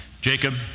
Jacob